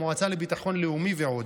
המועצה לביטחון לאומי ועוד.